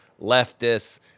leftists